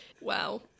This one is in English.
wow